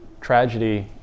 tragedy